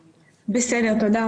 בסדר, תודה.